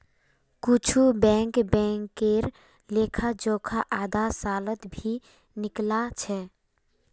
कुछु बैंक बैंकेर लेखा जोखा आधा सालत भी निकला छ